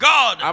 God